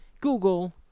Google